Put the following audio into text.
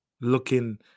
looking